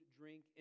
drink